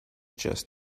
just